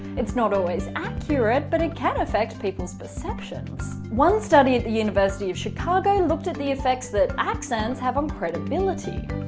it's not always accurate but it can affect people's perceptions. one study at the university of chicago looked at the effects that accents have on credibility.